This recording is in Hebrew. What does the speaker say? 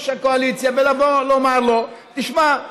הקואליציה ולבוא ולומר לו: תשמע,